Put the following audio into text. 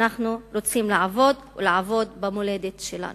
אנחנו רוצים לעבוד, ולעבוד במולדת שלנו.